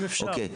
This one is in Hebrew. אם אפשר,